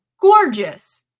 gorgeous